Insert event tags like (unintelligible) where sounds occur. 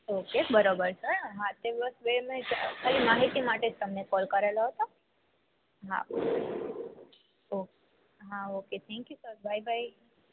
okay બરોબર છે (unintelligible) ખાલી માહિતી માટે જ તમને કોલ કરેલો હતો હાં ઓકે હાં okay thank you sir bye by